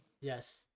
Yes